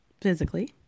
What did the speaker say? physically